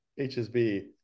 hsb